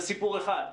זה סיפור אחד.